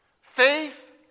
Faith